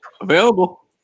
Available